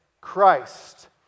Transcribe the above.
Christ